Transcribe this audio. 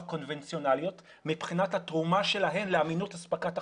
קונבנציונאליות מבחינת התרומה שלהן לאמינות הספקת החשמל.